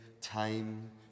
time